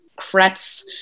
Kretz